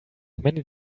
many